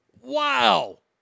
Wow